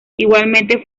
igualmente